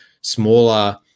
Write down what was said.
smaller